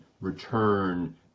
return